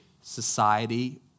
society